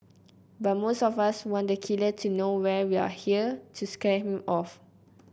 but most of us want the killer to know we are here to scare him off